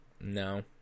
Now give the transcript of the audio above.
No